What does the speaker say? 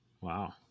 wow